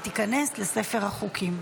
ותיכנס לספר החוקים.